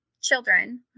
children